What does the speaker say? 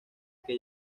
que